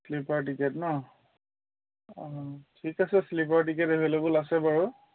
sleeper ticket ন অঁ ঠিক আছে শ্লিপাৰ টিকেট এভেইলেবল আছে বাৰু